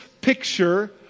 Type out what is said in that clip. picture